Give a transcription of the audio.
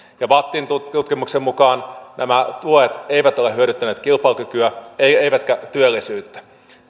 ja vattin tutkimuksen mukaan nämä tuet eivät ole hyödyttäneet kilpailukykyä eivätkä työllisyyttä